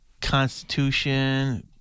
constitution